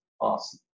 Awesome